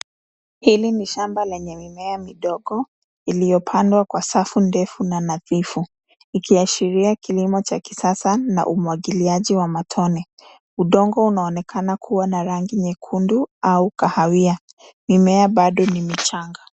Hili ni shamba lenye mimea midogo, iliyopandwa kwa safu ndefu na nadhifu. Ikiashiria kilimo cha kisasa na umwagiliaji wa matone. Udongo unaonekana kuwa na rangi nyekundu au kahawia. Mimea bado ni michanga.